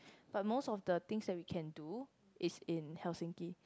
but most of the thing that we can do is in Helsinki